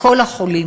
לכל החולים,